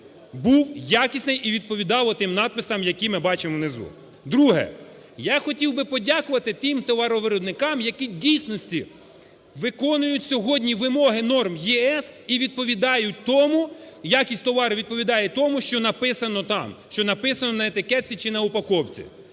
був якісний і відповідав отим надписам, які ми бачимо внизу. Друге. Я хотів би подякувати тим товаровиробникам, які в дійсності виконують сьогодні вимоги норм ЄС і відповідають тому, якість товару відповідає тому, що написано там, що написано на етикетці чи на упаковці.